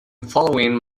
following